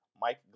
Mike